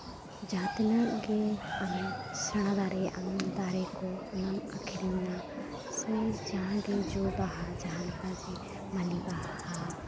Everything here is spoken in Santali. ᱡᱟᱦᱟᱸ ᱛᱤᱱᱟᱹᱜ ᱜᱮ ᱟᱢ ᱥᱮᱬᱟ ᱫᱟᱲᱮᱭᱟᱜ ᱟᱢ ᱫᱟᱨᱮ ᱠᱚ ᱚᱱᱟᱢ ᱟᱠᱷᱨᱤᱧᱟ ᱥᱮ ᱡᱟᱦᱟᱸ ᱜᱮ ᱡᱚ ᱵᱟᱦᱟ ᱡᱟᱦᱟᱸ ᱞᱮᱠᱟ ᱡᱮ ᱟᱹᱢᱞᱤ ᱵᱟᱦᱟ